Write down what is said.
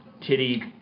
titty